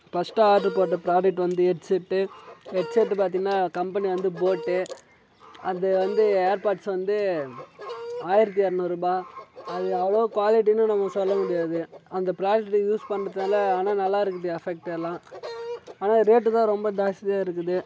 ஃபர்ஸ்ட்டா order போட்ட product வந்து headset headset பார்த்தீங்கன்னா கம்பெனி வந்து போட்டு அது வந்து ஏர் பார்ட்ஸ் வந்து ஆயிரத்து இரநூறுபா அது அவ்வளோ க்வாலிட்டின்னு நம்ப சொல்ல முடியாது அந்த ப்ராடக்ட் யூஸ் பண்ணுறதுனால ஆனால் நல்லா இருக்குது எஃபக்ட்டு எல்லாம் ஆனால் ரேட்டு தான் ரொம்ப ஜாஸ்தியாக இருக்குது